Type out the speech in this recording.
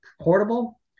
portable